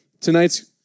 tonight's